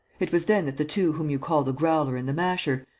it was then that the two whom you call the growler and the masher,